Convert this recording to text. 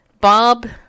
Bob